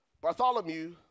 Bartholomew